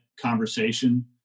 conversation